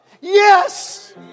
Yes